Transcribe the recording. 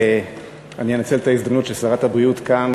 אני אנצל את ההזדמנות ששרת הבריאות כאן